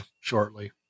shortly